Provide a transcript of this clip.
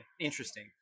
interesting